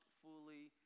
fully